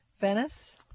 Venice